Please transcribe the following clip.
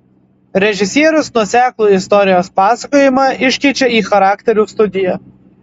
režisierius nuoseklų istorijos pasakojimą iškeičia į charakterių studiją